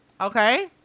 Okay